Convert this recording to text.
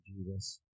Jesus